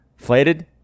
Flated